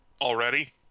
Already